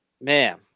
Man